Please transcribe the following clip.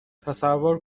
تصور